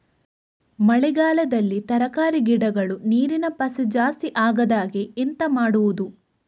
ಮಳೆಗಾಲದಲ್ಲಿ ತರಕಾರಿ ಗಿಡಗಳು ನೀರಿನ ಪಸೆ ಜಾಸ್ತಿ ಆಗದಹಾಗೆ ಎಂತ ಮಾಡುದು?